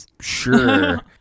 Sure